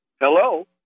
Hello